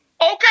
Okay